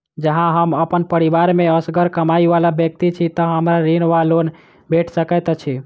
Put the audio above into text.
जँ हम अप्पन परिवार मे असगर कमाई वला व्यक्ति छी तऽ हमरा ऋण वा लोन भेट सकैत अछि?